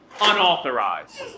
unauthorized